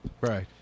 Right